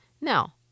Now